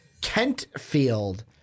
Kentfield